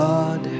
God